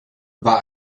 war